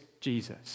Jesus